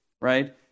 right